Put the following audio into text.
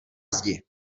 zdi